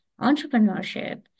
entrepreneurship